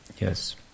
Yes